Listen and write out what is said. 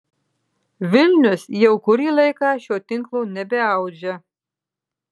vilnius jau kurį laiką šio tinklo nebeaudžia